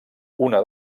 una